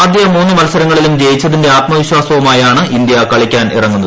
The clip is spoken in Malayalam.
ആദ്യ മൂന്ന് മത്സരങ്ങളിലും ജയിച്ചതിന്റെ ആത്മ വിശ്വാസവുമായാണ് ഇന്ത്യ കളിയ്ക്കാൻ ഇറങ്ങുന്നത്